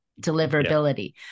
deliverability